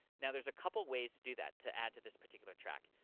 now, there's a couple of ways to do that, to add to this particular track.